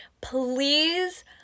please